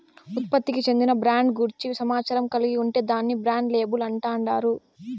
ఉత్పత్తికి చెందిన బ్రాండ్ గూర్చి సమాచారం కలిగి ఉంటే దాన్ని బ్రాండ్ లేబుల్ అంటాండారు